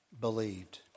believed